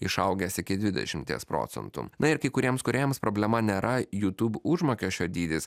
išaugęs iki dvidešimties procentų na ir kai kuriems kūrėjams problema nėra jutūb užmokesčio dydis